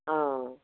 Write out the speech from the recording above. অঁ